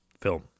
film